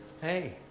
Hey